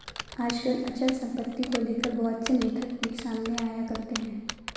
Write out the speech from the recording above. आजकल अचल सम्पत्ति को लेकर बहुत से मिथक भी सामने आया करते हैं